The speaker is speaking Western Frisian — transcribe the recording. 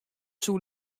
soe